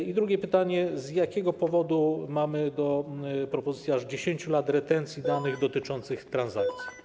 I drugie pytanie: Z jakiego powodu mamy propozycję aż 10 lat retencji danych dotyczących transakcji?